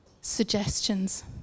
suggestions